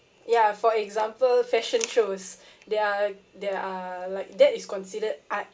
ya for example fashion shows they are they are like that is considered art